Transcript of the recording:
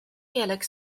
gaelic